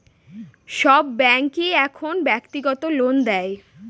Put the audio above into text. সব ব্যাঙ্কই এখন ব্যক্তিগত লোন দেয়